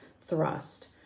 thrust